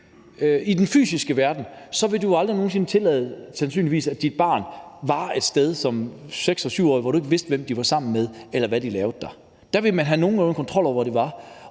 I den fysiske verden vil du jo aldrig nogen sinde – sandsynligvis – tillade, at dit barn som 6- eller 7-årig var et sted, hvor du ikke vidste, hvem de var sammen med, eller hvad de lavede der. Der vil man have nogenlunde kontrol over, hvor de er.